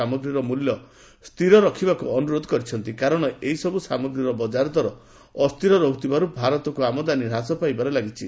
ସାମଗ୍ରୀର ମୂଲ୍ୟ ସ୍ଥିର ରଖିବାକୁ ଅନୁରୋଧ କରିଛନ୍ତି କାରଣ ଏହିସବୁ ସାମଗ୍ରୀର ବଜାର ଦର ଅସ୍ଥିର ରହୁଥିବାରୁ ଭାରତକୁ ଆମଦାନୀ ହ୍ରାସ ପାଇବାରେ ଲାଗିଛି